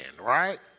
right